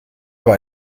aber